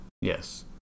yes